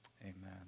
amen